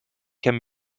can